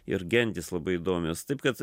ir gentys labai įdomios taip kad